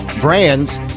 brands